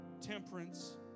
temperance